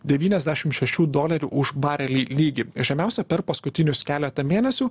devyniasdešim šešių dolerių už barelį lygį žemiausią per paskutinius keletą mėnesių